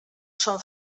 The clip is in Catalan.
són